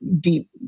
deep